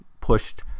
pushed